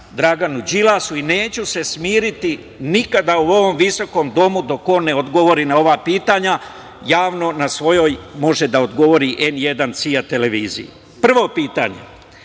Draganu Đilasu i neću se smiriti nikada u ovom visokom domu dok on ne odgovori na ova pitanja javno na svojoj, može da odgovori na „N1 cija televiziji“.Prvo pitanje,